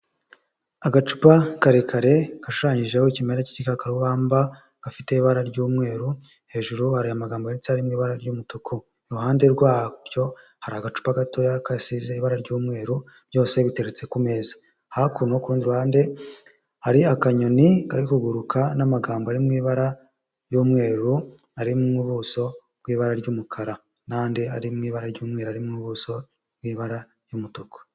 Agacupa karekare gashushanyijeho ikimera k'igikakarubamba, gafite ibara ry'umweru, hejuru hari amagambo yanditseho ari mu ibara ry'umutuku, iruhande rwacyo hari agacupa gatoya gasize ibara ry'umweru, byose biteretse ku meza, hakuno ku rundi ruhande hari akanyoni kari kuguruka n'amagambo ari mu ibara ry'umweru ari mu buso bw'ibara ry'umukara, n'andi ari mu ibara ry'umweru ari mu buso bw'ibara ry'umutuku.